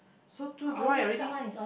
so too dry already